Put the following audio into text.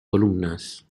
columnas